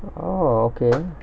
oh okay